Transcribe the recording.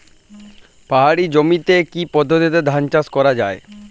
পাহাড়ী জমিতে কি পদ্ধতিতে ধান চাষ করা যায়?